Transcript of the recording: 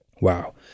Wow